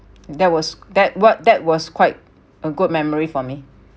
that was that were that was quite a good memory for me